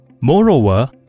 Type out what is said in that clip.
Moreover